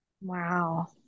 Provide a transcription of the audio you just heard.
Wow